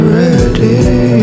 ready